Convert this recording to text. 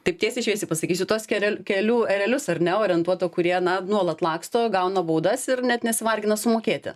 taip tiesiai šviesiai pasakysiu tuos kerel kelių erelius ar ne orientuota kurie na nuolat laksto gauna baudas ir net nesivargina sumokėti